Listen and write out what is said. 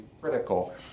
critical